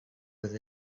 with